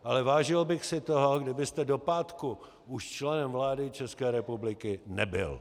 Ale vážil bych si toho, kdybyste do pátku už členem vlády České republiky nebyl.